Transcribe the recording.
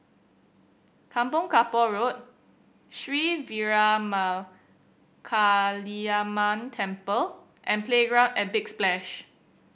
Kampong Kapor Road Sri Veeramakaliamman Temple and Playground at Big Splash